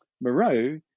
Moreau